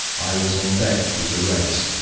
i was on deck with the rest,